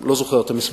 אני לא זוכר את המספר.